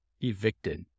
evicted